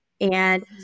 and-